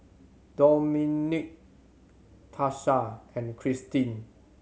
Domonique Tarsha and Kirsten